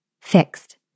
fixed